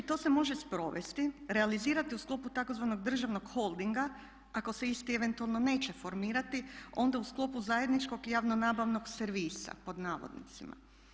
I to se može sprovesti, realizirati u sklopu tzv. državnog holdinga ako se isti eventualno neće formirati onda u sklopu zajedničkog i javno nabavnog servisa pod navodnicima.